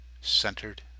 centered